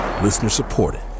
Listener-supported